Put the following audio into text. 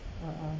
ah ah